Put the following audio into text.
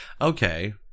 Okay